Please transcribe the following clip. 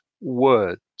words